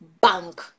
bank